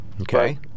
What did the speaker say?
Okay